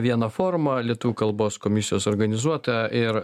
vieną formą lietuvių kalbos komisijos organizuotą ir